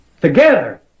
together